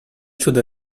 should